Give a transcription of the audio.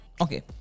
Okay